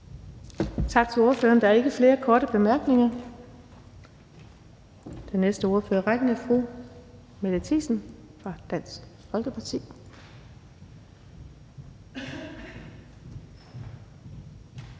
Tak til ordføreren. Der er ikke flere korte bemærkninger. Den næste ordfører i rækken er fru Mette Thiesen fra Dansk Folkeparti.